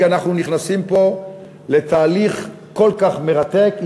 כי אנחנו נכנסים פה לתהליך כל כך מרתק.